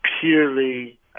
purely